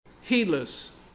Heedless